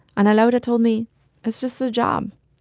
ana laura told me it's just a job,